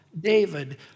David